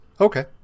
Okay